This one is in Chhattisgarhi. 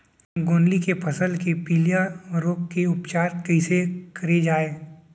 गोंदली के फसल के पिलिया रोग के उपचार कइसे करे जाये?